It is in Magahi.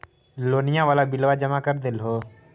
लोनिया वाला बिलवा जामा कर देलहो?